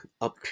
up